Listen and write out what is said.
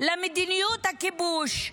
למדיניות הכיבוש,